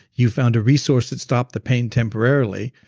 you found a resource that stopped the pain temporarily,